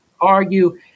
argue